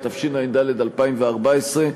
התשע"ד 2014,